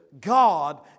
God